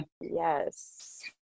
Yes